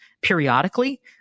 periodically